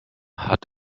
hat